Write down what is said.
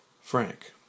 Frank